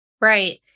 Right